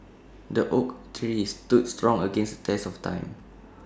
the oak tree stood strong against test of time